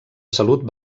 salut